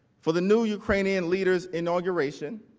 for the new ukrainian leader's inauguration,